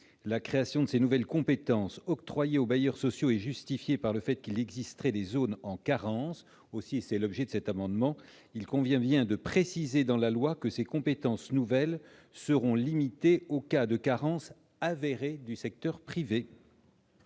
La création de ces nouvelles compétences octroyées aux bailleurs sociaux est justifiée par le fait qu'il existerait des zones en carence. Aussi, et c'est l'objet de cet amendement, il convient de préciser dans la loi que ces compétences nouvelles seront limitées aux cas de carence avérée du secteur privé.